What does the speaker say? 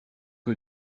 que